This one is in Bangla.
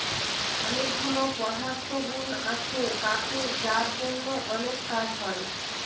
অনেকগুলা পদার্থগুন আছে কাঠের যার জন্য অনেক কাজ হয়